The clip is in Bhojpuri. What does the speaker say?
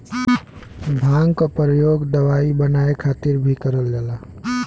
भांग क परयोग दवाई बनाये खातिर भीं करल जाला